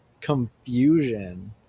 confusion